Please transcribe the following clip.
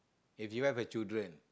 if you have a children